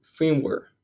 firmware